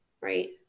right